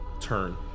turn